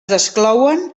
desclouen